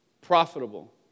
profitable